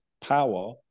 power